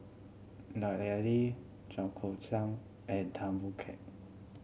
Lut Ali Chua Koon Siong and Tan Boon Keik